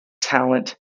talent